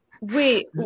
Wait